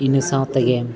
ᱤᱱᱟᱹ ᱥᱟᱶᱛᱮᱜᱮ